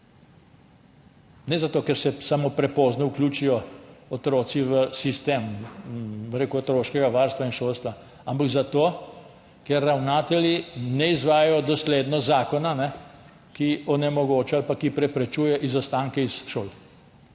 zato ker se prepozno vključijo otroci v sistem otroškega varstva in šolstva, ampak zato ker ravnatelji ne izvajajo dosledno zakona, ki onemogoča ali pa ki preprečuje izostanke iz šol.